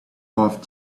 bought